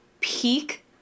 peak